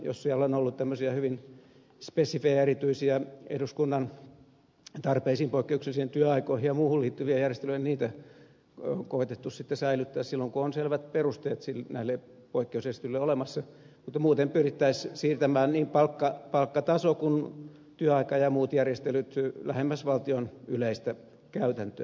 jos siellä on ollut tämmöisiä hyvin spesifejä ja erityisiä eduskunnan tarpeisiin poikkeuksellisiin työaikoihin ja muuhun liittyviä järjestelyjä niitä koetettu sitten säilyttää silloin kun on selvät perusteet näille poikkeusjärjestelyille olemassa mutta muuten pyrittäisiin siirtämään niin palkkataso kuin työaika ja muut järjestelyt lähemmäs valtion yleistä käytäntöä